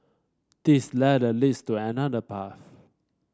this ladder leads to another path